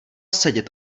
sedět